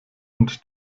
und